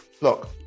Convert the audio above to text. Look